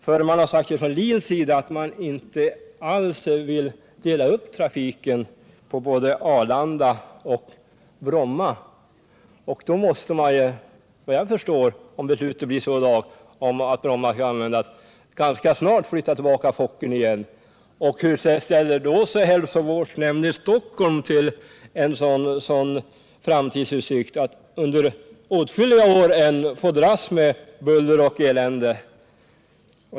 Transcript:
LIN har sagt att man inte alls vill dela upp trafiken på Arlanda och Bromma. Då måste man såvitt jag kan förstå ganska snart flytta tillbaka Fokkern, om vi i dag beslutar att Bromma skall användas. Hur ställer sig hälsovårdsnämnden i Stockholm till framtidsutsikterna att under åtskilliga år ännu få dras med buller och elände?